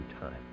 time